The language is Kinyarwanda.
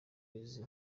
izi